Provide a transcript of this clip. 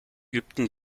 übten